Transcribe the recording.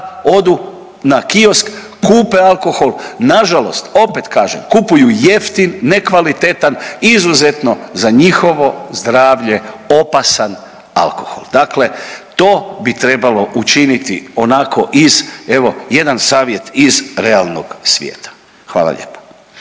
odu na kiosk, kupe alkohol, nažalost opet kažem kupuju jeftin, nekvalitetan, izuzetno za njihovo zdravlje opasan alkohol, dakle to bi trebalo učiniti onako iz, evo jedan savjet iz realnog svijeta, hvala lijepa.